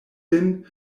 lin